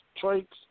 traits